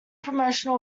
promotional